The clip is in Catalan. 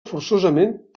forçosament